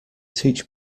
teach